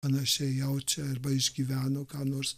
panašiai jaučia arba išgyveno ką nors